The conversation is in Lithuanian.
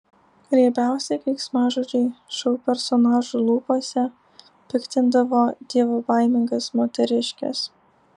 riebiausi keiksmažodžiai šou personažų lūpose piktindavo dievobaimingas moteriškes